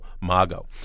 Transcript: Mago